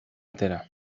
atera